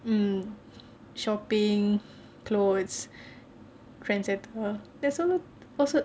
um shopping clothes trendsetter that's a~ also